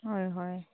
হয় হয়